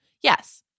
Yes